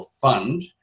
fund